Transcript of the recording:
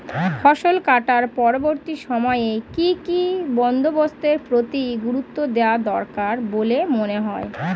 ফসল কাটার পরবর্তী সময়ে কি কি বন্দোবস্তের প্রতি গুরুত্ব দেওয়া দরকার বলে মনে হয়?